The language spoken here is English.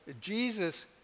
Jesus